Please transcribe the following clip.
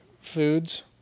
foods